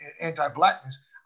anti-blackness